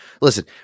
listen